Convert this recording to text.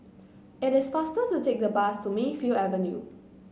it is faster to take the bus to Mayfield Avenue